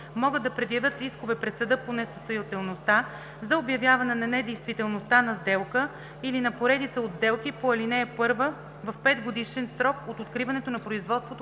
могат да предявяват искове пред съда по несъстоятелността за обявяване на недействителността на сделка или на поредица от сделки по ал. 1, в 5-годишен срок от откриването на производството